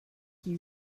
qui